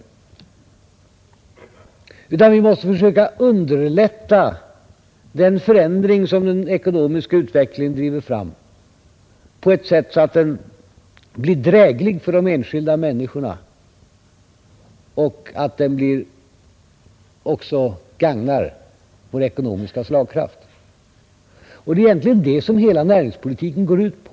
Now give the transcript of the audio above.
Vi måste i stället den statliga företagförsöka underlätta den förändring som den ekonomiska utvecklingen samheten driver fram på ett sådant sätt att den blir dräglig för de enskilda människorna och gagnar vår ekonomiska slagkraft. Och det är egentligen vad hela näringspolitiken går ut på.